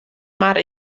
mar